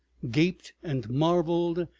gaped and marveled,